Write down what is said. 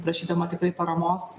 prašydama tikrai paramos